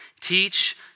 Teach